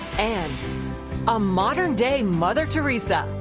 and a modern day mother teresa.